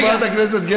חברת הכנסת גרמן.